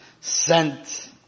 sent